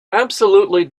absolutely